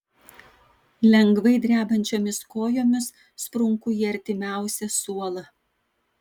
lengvai drebančiomis kojomis sprunku į artimiausią suolą